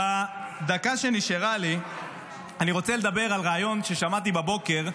בדקה שנשארה לי אני רוצה לדבר על ריאיון ששמעתי בבוקר,